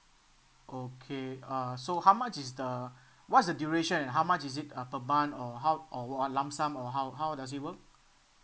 okay uh so how much is the what is the duration and how much is it uh per month or how or one lump sum or how how does it work